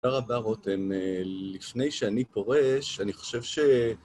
תודה רבה רותם. לפני שאני פורש, אני חושב ש...